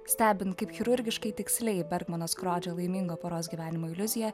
stebint kaip chirurgiškai tiksliai berkmanas skrodžia laimingą poros gyvenimą iliuzija